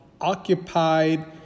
occupied